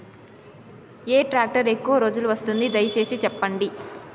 ఏ tractor ఎక్కువగా రోజులు వస్తుంది, దయసేసి చెప్పండి?